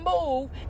move